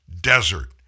desert